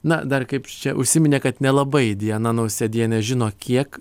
na dar kaip čia užsiminė kad nelabai diana nausėdienė žino kiek